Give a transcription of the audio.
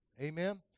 Amen